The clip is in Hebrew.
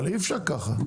אבל אי אפשר ככה.